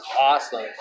awesome